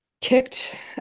kicked